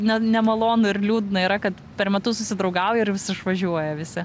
ne nemalonu ir liūdna yra kad per metus susidraugauji ir vis išvažiuoja visi